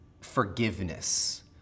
forgiveness